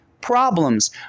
problems